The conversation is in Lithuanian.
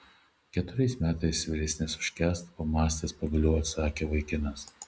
keturiais metais vyresnis už kęstą pamąstęs pagaliau atsakė vaikinas